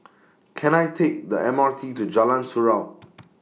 Can I Take The M R T to Jalan Surau